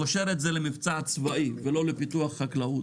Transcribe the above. זה קושר את זה למבצע צבאי ולא לפיתוח חקלאות.